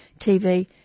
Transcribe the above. TV